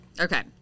Okay